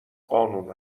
قانون